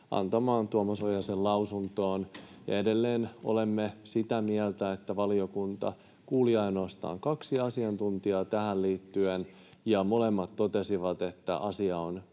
annettuun Tuomas Ojasen lausuntoon. Edelleen olemme sitä mieltä, että valiokunta kuuli ainoastaan kaksi asiantuntijaa tähän liittyen ja molemmat totesivat, että asia on